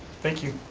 thank you.